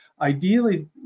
ideally